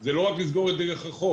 זה לא רק לסגור את דרך החוף,